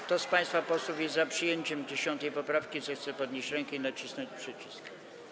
Kto z państwa posłów jest za przyjęciem 10. poprawki, zechce podnieść rękę i nacisnąć przycisk.